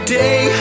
day